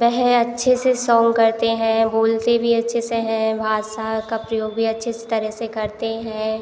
वह अच्छे से सोंग करते हैं और बोलते भी अच्छे से हैं भाषा का प्रयोग भी अच्छे तरह से करते हैं